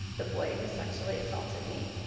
the boy who sexually assaulted me.